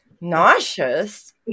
Nauseous